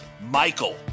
Michael